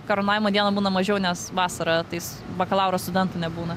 karūnavimo dieną būna mažiau nes vasara tais bakalauro studentų nebūna